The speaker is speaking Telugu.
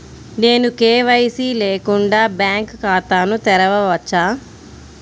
నేను కే.వై.సి లేకుండా బ్యాంక్ ఖాతాను తెరవవచ్చా?